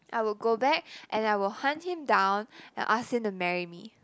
I would go back and I will hunt him down and ask him to marry me